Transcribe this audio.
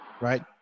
right